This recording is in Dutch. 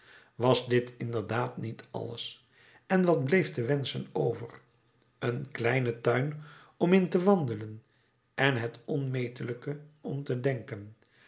was dit inderdaad niet alles en wat bleef te wenschen over een kleine tuin om in te wandelen en het onmetelijke om te denken